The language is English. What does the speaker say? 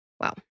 Wow